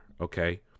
okay